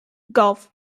golf